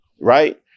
Right